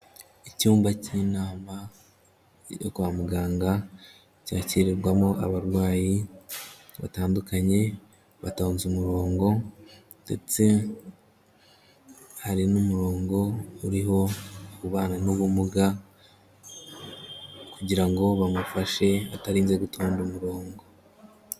Icyumba cy'inama kwa muganga cyakirirwamo abarwayi batandukanye, batonze umurongo ndetse hari n'umurongo uriho ubana n'ubumuga kugira ngo bamufashe atarinze gutonda umurongo.